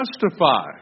justify